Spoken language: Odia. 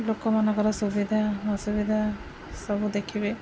ଲୋକମାନଙ୍କର ସୁବିଧା ଅସୁବିଧା ସବୁ ଦେଖିବେ